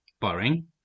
Boring